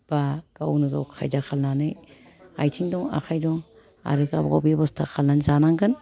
बा गावनो गाव खायदा खालायनानै आइथिं दं आखाइ दं आरो गावबा गाव बेब'स्था खालायनानै जानांगोन